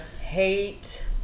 hate